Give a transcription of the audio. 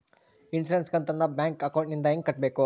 Insurance ಕಂತನ್ನ bank ಅಕೌಂಟಿಂದ ಹೆಂಗ ಕಟ್ಟಬೇಕು?